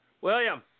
William